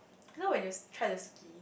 you know when you try to ski